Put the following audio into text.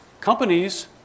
Companies